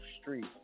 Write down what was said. Street